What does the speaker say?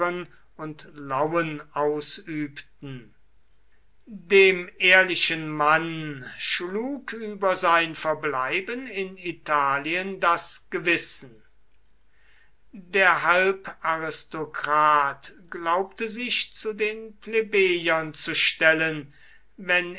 und lauen ausübten dem ehrlichen mann schlug über sein verbleiben in italien das gewissen der halbaristokrat glaubte sich zu den plebejern zu stellen wenn